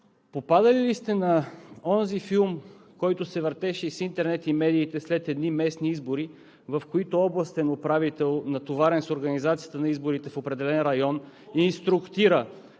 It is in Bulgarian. попадали ли сте на онзи филм, който се въртеше из интернет и медиите след едни местни избори, в които областен управител, натоварен с организацията на изборите в определен район, инструктира